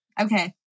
Okay